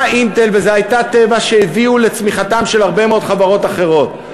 "אינטל" וזאת הייתה "טבע" שהביאו לצמיחתן של הרבה מאוד חברות אחרות.